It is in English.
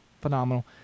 phenomenal